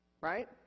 Right